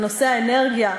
בנושאי האנרגיה,